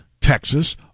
Texas